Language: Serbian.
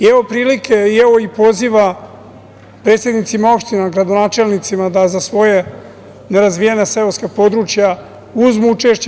Evo prilike, evo i poziva predsednicima opština, gradonačelnicima da za svoja nerazvijena seoska područja uzmu učešće.